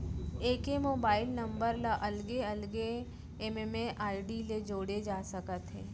एके mobile number ल अलगे अलगे एम.एम.आई.डी ले जोड़े जा सकत हे